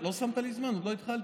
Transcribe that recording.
לא שמת לי זמן, יקירי.